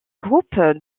groupes